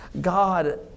God